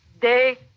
day